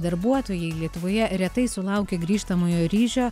darbuotojai lietuvoje retai sulaukia grįžtamojo ryšio